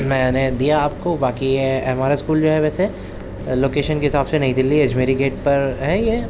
میں نے دیا آپ کو باقی یہ ہے ہمارا اسکول جو ہے ویسے لوکیشن کے حساب سے نئی دہلی اجمیری گیٹ پر ہے یہ